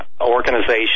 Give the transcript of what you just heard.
Organization